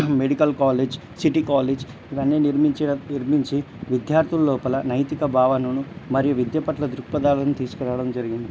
medical college city college ఇవన్నీ నిర్మించడం నిర్మించి విద్యార్థుల లోపల నైతిక భావాలను మరియు విద్య పట్ల దృక్పథాలను తీసుకురావడం జరిగింది